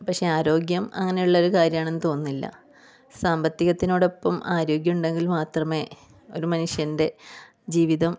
പക്ഷെ ആരോഗ്യം അങ്ങനെയുള്ള ഒരു കാര്യമാണെന്ന് തോന്നുന്നില്ല സാമ്പത്തികത്തിനോടൊപ്പം ആരോഗ്യമുണ്ടെങ്കിൽ മാത്രമേ ഒരു മനുഷ്യൻ്റെ ജീവിതം